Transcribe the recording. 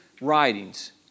writings